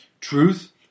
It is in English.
Truth